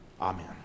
Amen